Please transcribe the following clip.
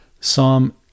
Psalm